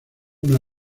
una